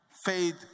Faith